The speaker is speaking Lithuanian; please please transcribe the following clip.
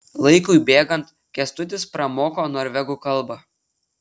laikui bėgant kęstutis pramoko norvegų kalbą